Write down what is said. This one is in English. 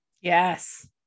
Yes